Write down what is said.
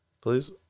please